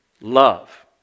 love